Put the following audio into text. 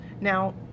Now